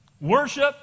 Worship